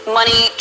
money